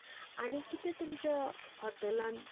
आनी कितें तुमच्या हॉटेलांत